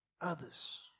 others